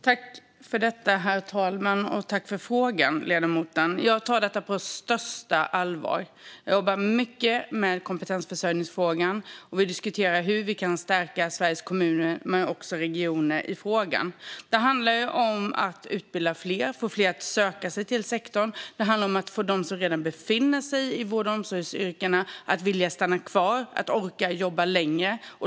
Herr talman! Jag tackar ledamoten för frågan. Jag tar detta på största allvar. Jag jobbar mycket med kompetensförsörjningsfrågan, och vi diskuterar hur vi kan stärka Sveriges kommuner och regioner när det gäller denna fråga. Det handlar om att utbilda fler och få fler att söka sig till sektorn. Det handlar också om att få dem som redan befinner sig i vård och omsorgsyrkena att vilja stanna kvar och orka jobba längre.